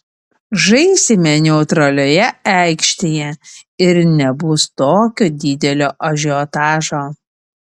žaisime neutralioje aikštėje ir nebus tokio didelio ažiotažo